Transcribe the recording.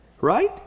Right